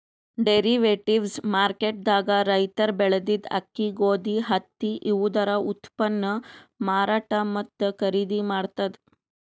derivatives market ದಾಗ್ ರೈತರ್ ಬೆಳೆದಿದ್ದ ಅಕ್ಕಿ ಗೋಧಿ ಹತ್ತಿ ಇವುದರ ಉತ್ಪನ್ನ್ ಮಾರಾಟ್ ಮತ್ತ್ ಖರೀದಿ ಮಾಡ್ತದ್